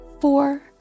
four